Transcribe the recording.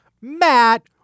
Matt